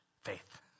faith